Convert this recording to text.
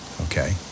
Okay